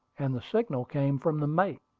and the signal came from the mate.